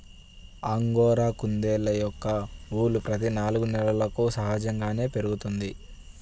angora కుందేళ్ళ యొక్క ఊలు ప్రతి నాలుగు నెలలకు సహజంగానే పెరుగుతుంది